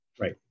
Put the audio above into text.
right